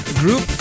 group